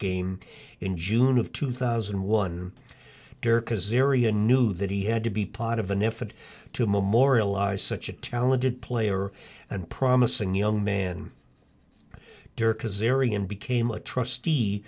game in june of two thousand and one because era and knew that he had to be part of an effort to memorialize such a talented player and promising young man dirk azeri and became a trustee